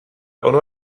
ono